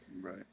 Right